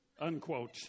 Unquote